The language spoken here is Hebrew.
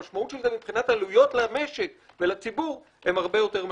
המשמעות של זה מבחינת עלויות למשק ולציבור הרבה יותר רחבה.